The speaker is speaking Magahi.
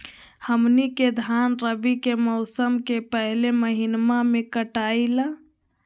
हमनी के धान रवि के मौसम के पहले महिनवा में कटाई ला